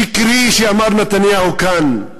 שקרי, שאמר נתניהו כאן,